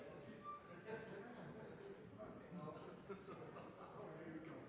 president,